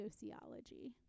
sociology